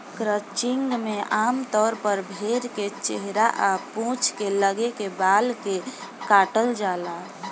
crutching में आमतौर पर भेड़ के चेहरा आ पूंछ के लगे के बाल के काटल जाला